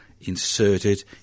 inserted